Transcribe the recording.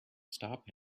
stop